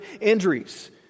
injuries